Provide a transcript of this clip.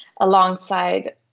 alongside